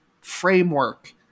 framework